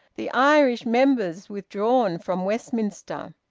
the irish members withdrawn from westminster!